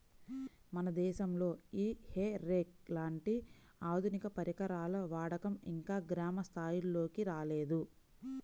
మన దేశంలో ఈ హే రేక్ లాంటి ఆధునిక పరికరాల వాడకం ఇంకా గ్రామ స్థాయిల్లోకి రాలేదు